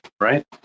Right